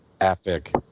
epic